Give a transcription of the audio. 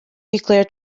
nuclear